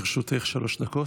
לרשותך שלוש דקות.